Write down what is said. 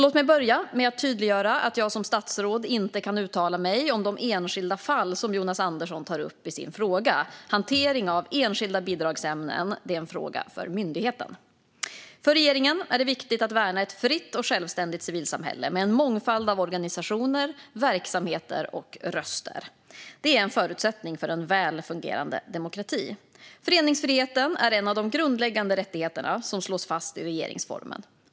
Låt mig börja med att tydliggöra att jag som statsråd inte kan uttala mig om det enskilda fall som Jonas Andersson tar upp i sin fråga. Hantering av enskilda bidragsärenden är en fråga för myndigheten. För regeringen är det viktigt att värna ett fritt och självständigt civilsamhälle med en mångfald av organisationer, verksamheter och röster. Det är en förutsättning för en väl fungerande demokrati. Föreningsfriheten är en av de grundläggande rättigheterna som slås fast i regeringsformen.